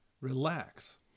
relax